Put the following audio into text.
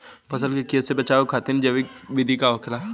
फसल के कियेसे बचाव खातिन जैविक विधि का होखेला?